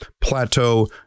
plateau